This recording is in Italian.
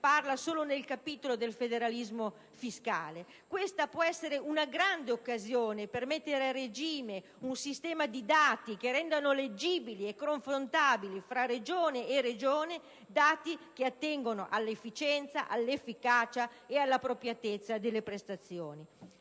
parla solo nel capitolo del federalismo fiscale. Questa può essere una grande occasione per mettere a regime un sistema che renda leggibili e confrontabili tra Regione e Regione i dati che attengono all'efficienza, all'efficacia ed all'appropriatezza delle prestazioni.